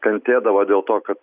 kentėdavo dėl to kad